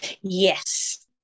yes